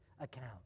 account